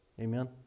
Amen